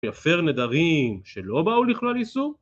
יפר נדרים שלא באו לכלל איסור?